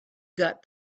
got